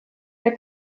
der